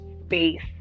space